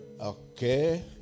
Okay